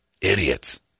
idiots